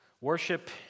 worship